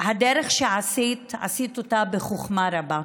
שהדרך שעשית, עשית אותה בחוכמה רבה,